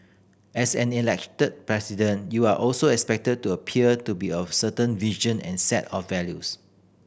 as an Elected President you are also expected to appeal to be of certain and set of values